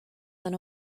than